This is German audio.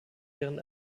während